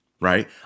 Right